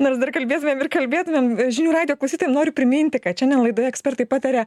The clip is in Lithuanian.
nors dar kalbėtumėm ir kalbėtumėm žinių radijo klausytojam noriu priminti kad šiandien laidoje ekspertai pataria